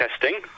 testing